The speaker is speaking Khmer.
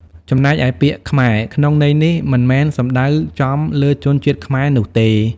ចំណែកឯ ពាក្យ "ខ្មែរ" ក្នុងន័យនេះ មិនមែនសំដៅចំលើជនជាតិខ្មែរនោះទេ។